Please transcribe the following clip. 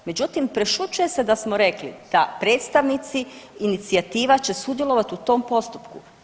Međutim prešućuje se da smo rekli da predstavnici inicijativa će sudjelovati u tom postupku.